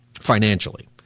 financially